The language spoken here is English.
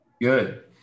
Good